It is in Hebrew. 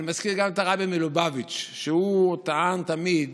אני מזכיר גם את הרבי מלובביץ', שטען תמיד,